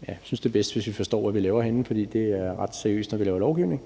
vi synes, at det er bedst, hvis vi forstår, hvad vi laver herinde. For det er ret seriøst, når vi laver lovgivning.